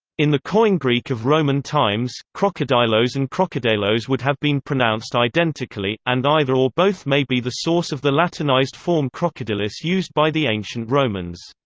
in the koine greek of roman times, crocodilos and crocodeilos would have been pronounced identically, and either or both may be the source of the latinized form crocodilus used by the ancient romans.